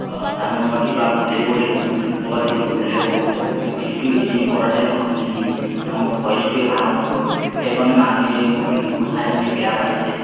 জানো মই কিবা ভুলে কৰিলোঁ ক'ৰবাত কিবা ভুলে হ'ল মোৰ ভিডিঅ'টো ইডিটিং কৰাতে নহ'ল নেকি না মোৰ ভইচটোৱে ভাল নহ'ল সেইকাৰণে মানুহে মোৰ ভিডিঅ'বোৰ চাইকিনে বেয়া পাইছে